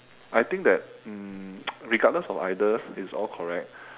I think that um regardless of either it's all correct